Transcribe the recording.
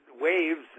waves